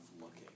looking